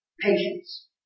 patience